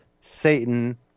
Satan